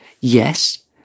yes